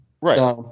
Right